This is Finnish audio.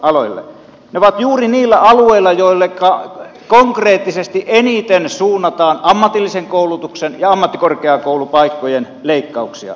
ne ovat juuri niillä alueilla joille konkreettisesti eniten suunnataan ammatillisen koulutuksen ja ammattikorkeakoulupaikkojen leikkauksia